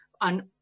on